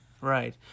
right